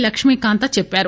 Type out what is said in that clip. లక్ష్మీకాంత్ చెప్పారు